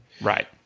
Right